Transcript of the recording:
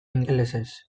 ingelesez